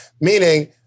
Meaning